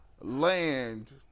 land